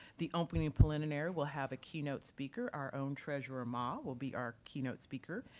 the opening preliminary will have a keynote speaker. our own treasurer ma will be our keynote speaker.